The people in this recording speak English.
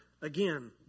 again